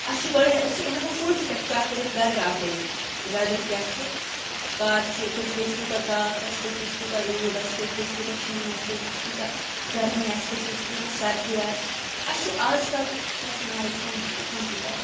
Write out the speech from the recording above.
اَسہِ چھُ گۄڈٕے أسۍ چھِ ہٮ۪کو فونسٕے پٮ۪ٹھ چیک کٔرِتھ وٮ۪دَر اَپڈیٹ وٮ۪دَر کیٛاہ چھُ کَر چھِ کٔژِ بَجہِ کوٗتاہ تاپھ آسہِ کٔژِ بَجہِ کوٗتاہ روٗد آسہِ کٔژِ بَجہِ کوٗتاہ شیٖن آسہِ کٔژِ بَجہِ کوٗتاہ گرمی آسہِ کٔژِ بَجہِ کٲژاہ سَردی آسہِ اَسہِ چھِ اَزکَل چھُ اَسہِ نَنان یہِ فونسٕے فونسٕے پٮ۪ٹھ